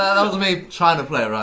ah me trying to play it right.